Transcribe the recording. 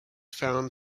found